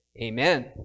Amen